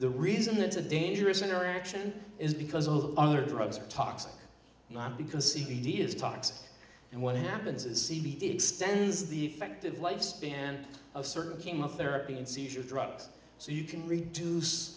the reason it's a dangerous interaction is because all the other drugs are toxic not because c d s talks and what happens is cd did spends the effective lifespan of certain chemotherapy and seizures drugs so you can reduce